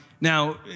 now